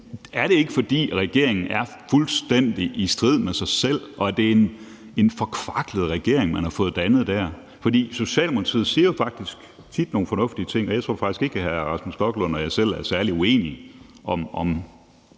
er det ikke, fordi regeringen er fuldstændig i strid med sig selv og det er en forkvaklet regering, man har fået dannet? Socialdemokratiet siger jo faktisk tit nogle fornuftige ting, og jeg tror faktisk ikke, at hr. Rasmus Stoklund og jeg selv er særlig uenige om